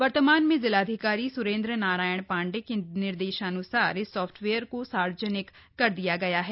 वर्तमान में जिलाधिकारी स्रेन्द्र नारायण पाण्डे के निर्देशान्सार इस सॉफ्टवेयर को सावर्जनिक कर दिया गया है